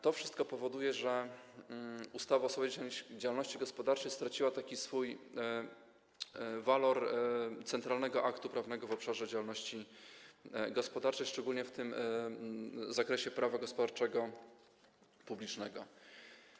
To wszystko powoduje, że ustawa o swobodzie działalności gospodarczej straciła swój walor centralnego aktu prawnego w obszarze działalności gospodarczej, szczególnie w tym zakresie prawa gospodarczego, publicznego.